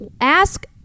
ask